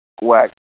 whack